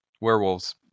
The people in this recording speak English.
werewolves